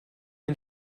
den